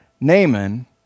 Naaman